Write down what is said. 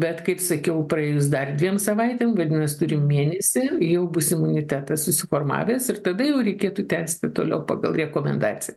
bet kaip sakiau praėjus dar dviem savaitėm vadinas turim mėnesį jau bus imunitetas susiformavęs ir tada jau reikėtų tęsti toliau pagal rekomendaciją